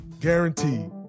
guaranteed